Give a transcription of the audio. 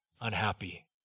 unhappy